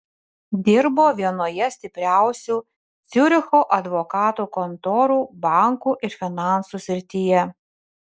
dirbo vienoje stipriausių ciuricho advokatų kontorų bankų ir finansų srityje